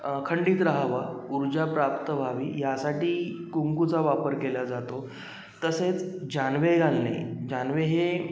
अखंडित रहावा ऊर्जा प्राप्त व्हावी ह्यासाठी कुंकूचा वापर केला जातो तसेच जानवे घालणे जानवे हे